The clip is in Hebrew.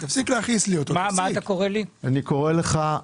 אני קורא לך,